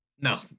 No